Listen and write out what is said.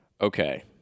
Okay